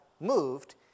moved